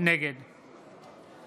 נגד